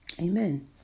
Amen